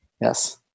Yes